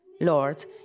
Lord